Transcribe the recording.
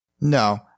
No